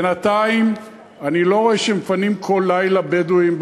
בינתיים אני לא רואה שמפנים כל לילה בדואים.